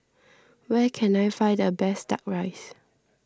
where can I find the best Duck Rice